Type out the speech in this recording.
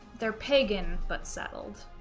they're pagan but settled